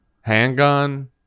handgun